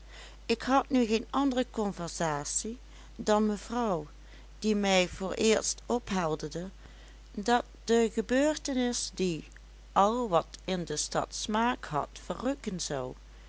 ik had nu geen andere conversatie dan mevrouw die mij vooreerst ophelderde dat de gebeurtenis die al wat in de stad smaak had verrukken zou